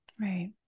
Right